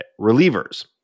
relievers